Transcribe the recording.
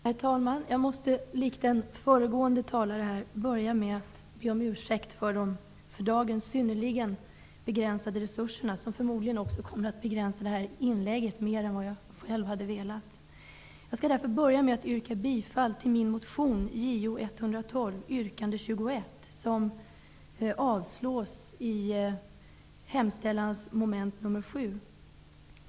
Herr talman! Jag måste likt föregående talare börja med att be om ursäkt för dagens synnerligen begränsade röstresurser, som troligen också kommer att begränsa mitt inlägg i debatten mer än jag själv önskar. Jag yrkar bifall till min motion Jo112, yrkande 21, som avslås i utskottets hemställan, mom. 7.